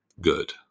good